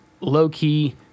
low-key